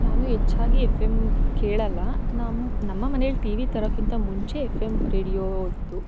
ನಾನು ಹೆಚ್ಚಾಗಿ F M ಕೇಳೋಲ್ಲ ನಮ್ಮ ನಮ್ಮ ಮನೆಯಲ್ಲಿ ಟಿ ವಿ ತರೋಕ್ಕಿಂತ ಮುಂಚೆ ಎಫ್ ಎಮ್ ರೇಡಿಯೋ ಇತ್ತು